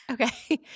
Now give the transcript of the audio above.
okay